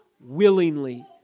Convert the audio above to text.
willingly